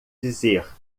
dizer